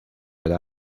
right